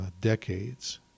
decades